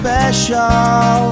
Special